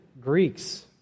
Greeks